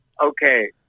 okay